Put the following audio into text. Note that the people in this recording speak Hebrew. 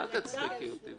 אל תצחיקי אותי.